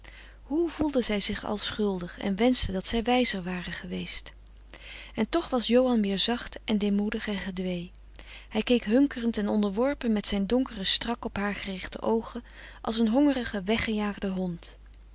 hoe voelde zij zich al schuldig en wenschte dat zij wijzer ware geweest en toch was johan weer zacht en deemoedig en gedwee hij keek hunkerend en onderworpen met zijn donkere strak op haar gerichte oogen als een hongerige weggejaagde hond